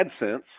AdSense